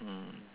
ah